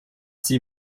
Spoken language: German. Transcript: sie